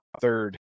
third